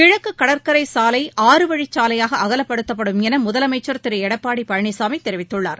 கிழக்கு கடற்கரை சாலை ஆறுவழிச்சாலையாக அகலப்படுத்தப்படும் என முதலமைச்சர் திரு எடப்பாடி பழனிசாமி தெரிவித்துள்ளார்